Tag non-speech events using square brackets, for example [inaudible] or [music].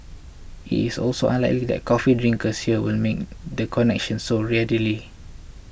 it is also unlikely that coffee drinkers here will [unintelligible] the connection so readily